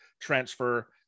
transfer